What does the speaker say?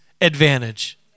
advantage